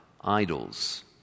idols